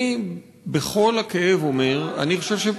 אני בכל הכאב אומר: אני חושב,